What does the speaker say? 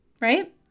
right